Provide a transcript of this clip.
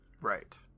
right